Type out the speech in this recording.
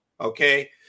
okay